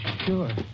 sure